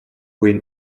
win